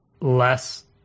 less